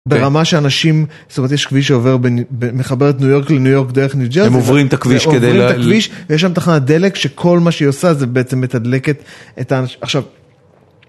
ברמה שאנשים, זאת אומרת יש כביש שעובר מחבר את ניו יורק לניו יורק דרך ניו ג'רזי. הם עוברים את הכביש. ויש שם תחנה דלק שכל מה שהיא עושה זה בעצם מתדלקת את האנשים. עכשיו.